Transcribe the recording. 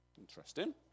Interesting